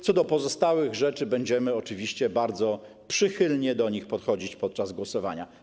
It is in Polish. Co do pozostałych rzeczy, będziemy oczywiście bardzo przychylnie do nich podchodzić podczas głosowania.